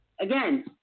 again